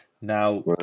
Now